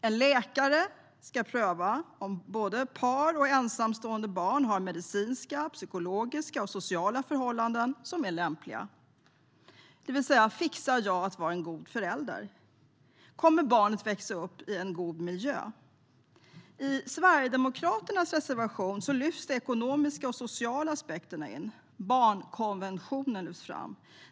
En läkare ska pröva om både par och ensamstående barn har medicinska, psykologiska och sociala förhållanden som är lämpliga. Frågan är: Fixar jag att vara en god förälder, och kommer barnet att växa upp i en god miljö? I Sverigedemokraternas reservation lyfts de ekonomiska och sociala aspekterna in, och barnkonventionen lyfts fram.